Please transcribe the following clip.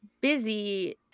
Busy